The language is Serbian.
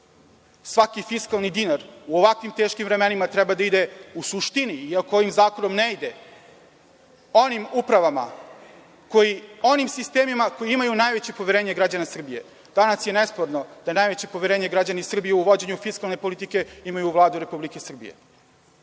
Svaki fiskalni dinar u ovako teškim vremenima treba da ide u suštini, iako ovim zakonom ne ide, onim upravama i onim sistemima koji imaju najveće poverenje građana Srbije. Danas je nesporno da najveće poverenje građani Srbije u vođenju fiskalne politike imaju u Vladu Republike Srbije. Potpuno